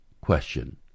question